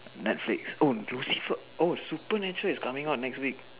netflix oh Lucifer oh supernatural is coming out next week